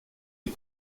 est